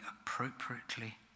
appropriately